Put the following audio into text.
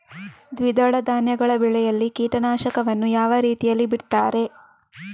ದ್ವಿದಳ ಧಾನ್ಯಗಳ ಬೆಳೆಯಲ್ಲಿ ಕೀಟನಾಶಕವನ್ನು ಯಾವ ರೀತಿಯಲ್ಲಿ ಬಿಡ್ತಾರೆ?